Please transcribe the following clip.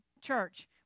church